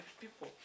people